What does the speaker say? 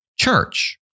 church